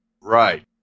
Right